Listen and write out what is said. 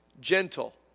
gentle